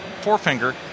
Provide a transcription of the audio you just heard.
forefinger